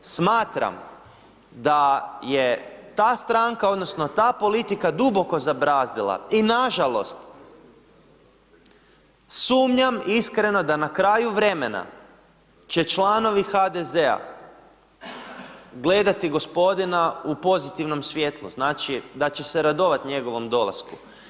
Smatram da je ta stranka odnosno ta politika duboko zabrazdila i nažalost, sumnjam iskreno da na kraju vremena će članovi HDZ-a gledati gospodina u pozitivnom svjetlu, znači, da će se radovat njegovom dolasku.